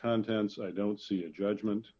contents i don't see a judgement